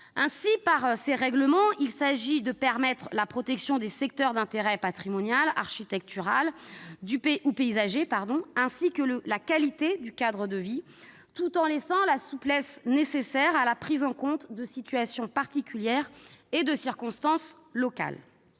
via ces règlements, la protection des secteurs d'intérêt patrimonial, architectural ou paysager, ainsi que la qualité du cadre de vie, tout en laissant la souplesse nécessaire à la prise en compte de situations particulières et de circonstances locales.